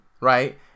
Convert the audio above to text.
Right